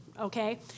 okay